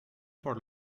for